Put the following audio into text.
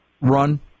run